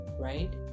right